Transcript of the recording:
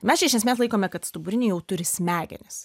mes čia iš esmės laikome kad stuburiniai jau turi smegenis